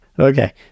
Okay